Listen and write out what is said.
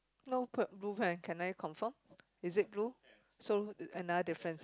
no pert rule can I confirm is it rule so another difference